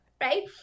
right